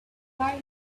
buy